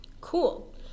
Cool